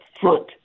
front